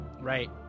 Right